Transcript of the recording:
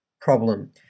problem